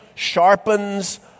sharpens